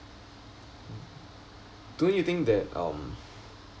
don't you think that um